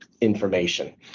information